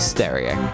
Stereo